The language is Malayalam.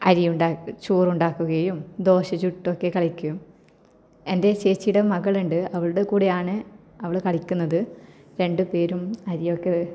അരിയുണ്ടാക്കും ചോറുണ്ടാക്കുകയും ദോശ ചുട്ടൊക്കെ കളിക്കും എന്റെ ചേച്ചിയുടെ മകളുണ്ട് അവളുടെ കൂടെയാണ് അവൾ കളിക്കുന്നത് രണ്ടുപേരും അരിയൊക്കെ